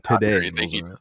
today